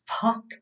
fuck